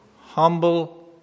humble